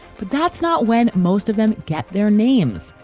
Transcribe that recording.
but that's not when most of them get their names.